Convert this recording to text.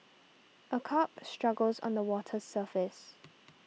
a carp struggles on the water's surface